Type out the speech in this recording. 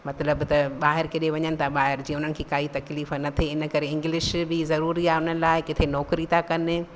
मतिलबु त ॿाहिरि किथे वञनि था ॿाहिरि जीअं उन्हनि खे कोई तकलीफ़ु न थिए इन करे इंगलिश बि ज़रूरी आहे उन लाइ किथे नौकिरी था कनि